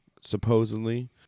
supposedly